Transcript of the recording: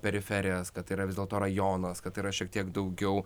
periferijas kad tai yra vis dėlto rajonas kad tai yra šiek tiek daugiau